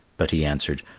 but he answered,